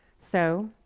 so,